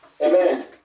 Amen